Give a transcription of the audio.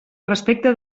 respecte